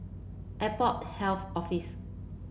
Airport Health Office